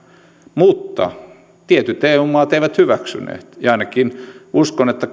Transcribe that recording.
mutta tietyt eu maat eivät hyväksyneet uskon että